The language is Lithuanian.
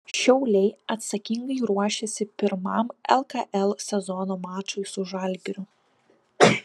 šiauliai atsakingai ruošiasi pirmam lkl sezono mačui su žalgiriu